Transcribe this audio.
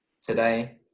today